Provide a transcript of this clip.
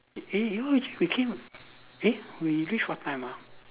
eh you know we we came eh we reach what time ah